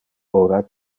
ora